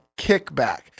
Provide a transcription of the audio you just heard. kickback